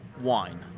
wine